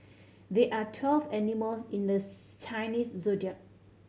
there are twelve animals in the Chinese Zodiac